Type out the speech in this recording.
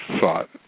thought